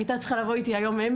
הייתה צריכה להגיע איתי אמילי,